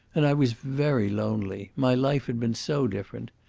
and i was very lonely my life had been so different.